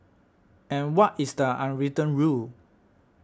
and what is the unwritten rule